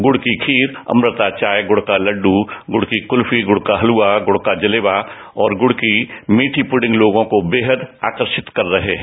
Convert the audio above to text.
गुड़ की खीर अपृता चाय गुड़ का लड़ू गुड़ की कुल्फी गुड़ का हलवा गुड़ का जलेबा और गुड़ की मीठी पुर्डिंग लोगों को बेहद बेहद आकर्षित कर रहे हैं